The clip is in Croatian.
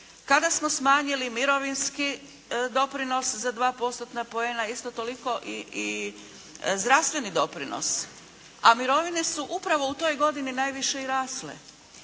kada smo smanjili mirovinski doprinos za dva postotna poena. Isto toliko i zdravstveni doprinos, a mirovine su upravo u toj godini najviše i rasle.